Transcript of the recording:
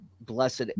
blessed